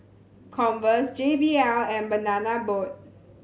Converse J B L and Banana Boat